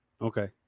Okay